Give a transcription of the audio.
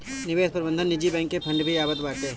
निवेश प्रबंधन निजी बैंक के फंड भी आवत बाटे